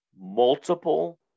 multiple